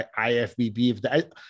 IFBB